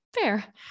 fair